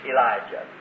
Elijah